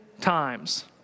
times